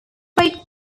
great